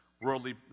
worldly